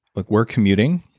like we're commuting,